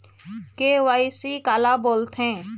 KYC काला बोलथें?